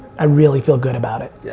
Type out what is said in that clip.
i really feel good about it. yeah,